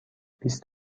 بیست